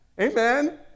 amen